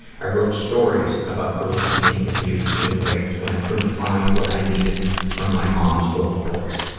i wrote stories about girls being abused and raped when i couldn't find what i needed from my mom's old books.